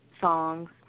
songs